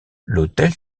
l’autel